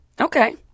Okay